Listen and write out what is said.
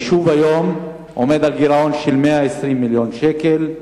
היום היישוב עומד על גירעון של 120 מיליון שקל,